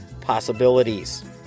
possibilities